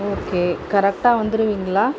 okay கரெக்ட்டாக வந்துருவிங்ளா